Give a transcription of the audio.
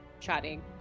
chatting